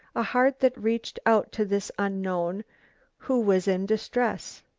a heart that reached out to this unknown who was in distress,